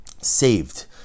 saved